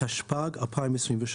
התשפ"ג-2023